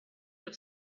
have